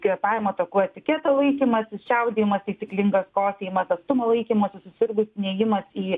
kvėpavimo takų etiketo laikymasis čiaudėjimas taisyklingas kosėjimas atstumo laikymasis susirgus nėjimas į